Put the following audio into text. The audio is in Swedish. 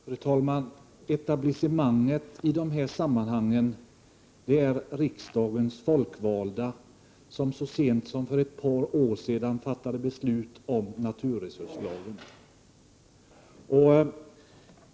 Fru talman! Etablissemanget i de här sammanhangen är riksdagens folkvalda, som' så sent som för ett par år sedan' fattade beslut om naturresurslagen.